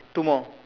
two more